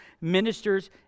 ministers